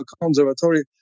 conservatory